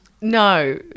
No